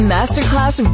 Masterclass